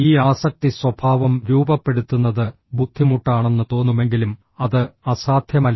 ഈ ആസക്തി സ്വഭാവം രൂപപ്പെടുത്തുന്നത് ബുദ്ധിമുട്ടാണെന്ന് തോന്നുമെങ്കിലും അത് അസാധ്യമല്ല